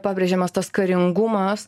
pabrėžiamas tas karingumas